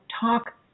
talk